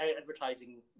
advertising